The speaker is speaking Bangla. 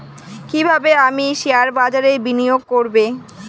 কিভাবে আমি শেয়ারবাজারে বিনিয়োগ করবে?